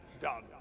done